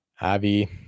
Avi